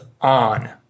on